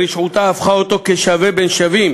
ברשעותה, הפכה אותו לשווה בין שווים